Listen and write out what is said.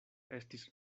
estis